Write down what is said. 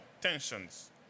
tensions